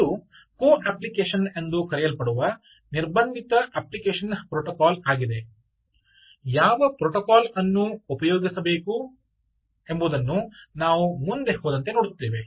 ಇದು co application ಎಂದು ಕರೆಯಲ್ಪಡುವ ನಿರ್ಬಂಧಿತ ಅಪ್ಲಿಕೇಶನ್ ಪ್ರೋಟೋಕಾಲ್ ಆಗಿದೆ ಯಾವ ಪ್ರೋಟೋಕಾಲ್ ಅನ್ನು ಉಪಯೋಗಿಸಬೇಕು ಎಂಬುದನ್ನು ನಾವು ಮುಂದೆ ಹೋದಂತೆ ನೋಡುತ್ತೇವೆ